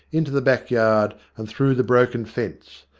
into the back yard, and through the broken fence.